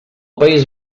país